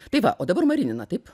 tai va o dabar marinina taip